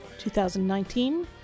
2019